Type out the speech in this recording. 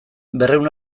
berrehun